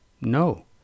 No